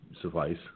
suffice